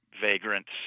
vagrants